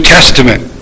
Testament